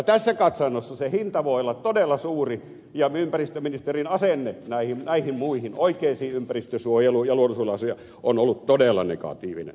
tässä katsannossa se hinta voi olla todella suuri ja ympäristöministerin asenne näihin muihin oikeisiin ympäristönsuojelu ja luonnonsuojeluasioihin on ollut todella negatiivinen